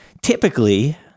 typically